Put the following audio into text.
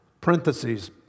parentheses